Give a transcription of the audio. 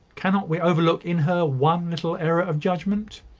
cannot we overlook in her one little error of judgment?